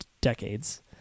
decades